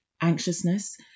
Anxiousness